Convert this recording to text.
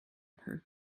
her